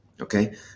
okay